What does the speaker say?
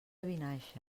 vinaixa